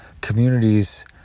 communities